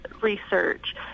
research